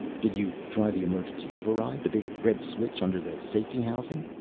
did you try the emergency override? the big red switch under the safety housing.